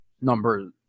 number